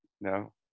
no